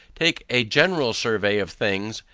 take a general survey of things,